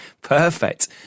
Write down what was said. Perfect